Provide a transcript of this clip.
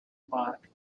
park